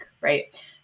right